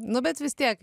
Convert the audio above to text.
nu bet vis tiek